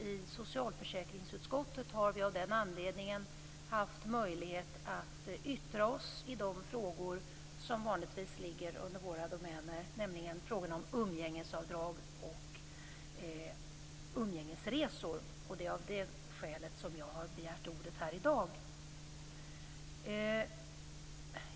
I socialförsäkringsutskottet har vi av den anledningen haft möjlighet att yttra oss i de frågor som vanligtvis ligger under våra domäner, nämligen frågorna om umgängesavdrag och umgängesresor. Det är av det skälet jag har begärt ordet här i dag.